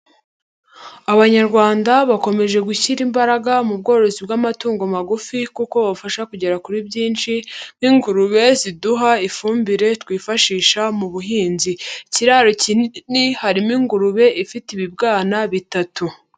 Abanyarwanda bakomeje gushyira imbaraga mu bworozi bw'amatungo magufi kuko bubafasha kugera kuri byinshi nk'ingurube ziduha ifumbire twifashisha mu buhinzi. Ikiraro kinini harimo ingurube ifite ibibwana bitatu.